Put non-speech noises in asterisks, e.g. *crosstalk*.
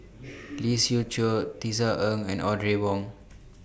*noise* Lee Siew Choh Tisa Ng and Audrey Wong